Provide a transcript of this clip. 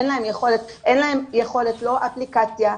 אין להן יכולת לא אפליקציה,